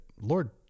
Lord